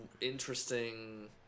interesting